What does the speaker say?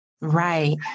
Right